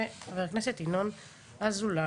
וחבר הכנסת ינון אזולאי.